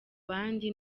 bandi